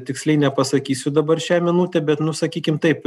tiksliai nepasakysiu dabar šią minutę bet nu sakykim taip